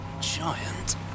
giant